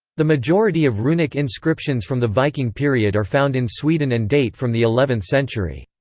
the majority of runic inscriptions from the viking period are found in sweden and date from the eleventh century.